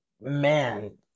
man